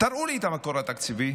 תראו לי את המקור התקציבי,